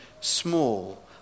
small